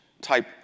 type